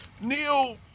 Neil